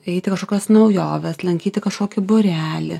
eiti kažkokias naujoves lankyti kažkokį būrelį